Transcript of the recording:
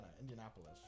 Indianapolis